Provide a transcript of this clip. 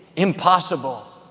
impossible.